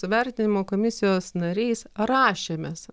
su vertinimo komisijos nariais rašėmės